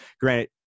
granted